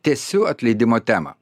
tęsiu atleidimo temą